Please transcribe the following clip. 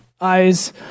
eyes